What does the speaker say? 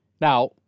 Now